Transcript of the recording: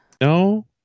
No